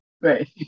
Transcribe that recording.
Right